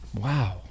wow